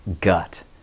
gut